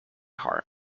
heart